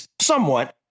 somewhat